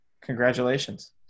Congratulations